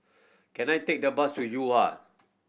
can I take the bus to